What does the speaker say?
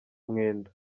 mwendo